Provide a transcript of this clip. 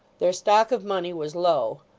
their stock of money was low,